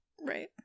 right